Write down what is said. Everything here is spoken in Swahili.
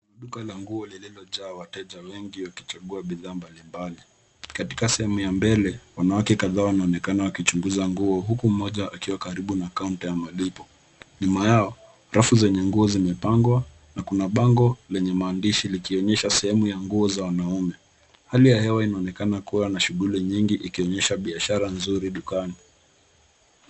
Duka la nguo lililojaa wateja wengi wakichagua bidhaa mbalimbali. Katika sehemu ya mbele, wanawake kadhaa wanaonekana wakichunguza nguo huku mmoja akiwa karibu na kaunta ya malipo. Nyuma yao, rafu zenye nguo zimepangwa na kuna bango lenye maandishi likionyesha sehemu ya nguo za wanaume. Hali ya hewa inaonekana kuwa na shughuli nyingi ikionyesha biashara nzuri dukani.